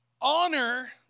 Honor